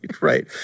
Right